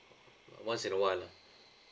once in a while lah